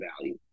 value